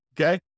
Okay